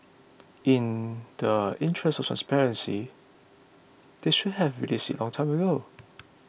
in the interest of transparency they should have released it long time ago